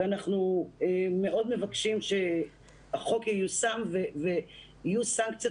ואנחנו מאוד מבקשים שהחוק ייושם ויהיו סנקציות